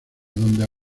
donde